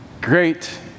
Great